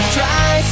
Try